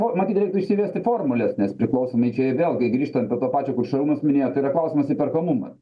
nu matyt reiktų įsivesti formules nes priklausomai čia vėlgi grįžtant prie to pačio kur šarūnas minėjo tai yra klausimas įperkamumo